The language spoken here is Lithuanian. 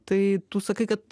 tai tu sakai kad